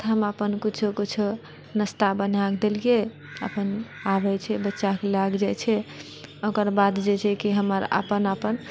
तऽ हम अपन किछु किछु नाश्ता बनाकऽ देलिऐ अपन आबै छै बच्चा लए कऽ जाइत छै ओकर बाद जे छै कि हमर अपन अपन